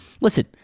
Listen